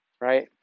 right